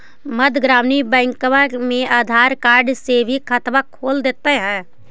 मध्य ग्रामीण बैंकवा मे आधार कार्ड से भी खतवा खोल दे है?